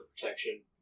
protection